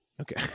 Okay